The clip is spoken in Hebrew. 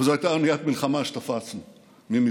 אבל זו הייתה אוניית מלחמה שתפסנו ממצרים.